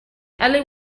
ellie